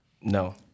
No